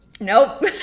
Nope